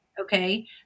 okay